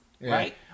right